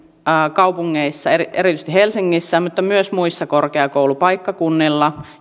kaupungeissa erityisesti helsingissä mutta myös muilla korkeakoulupaikkakunnilla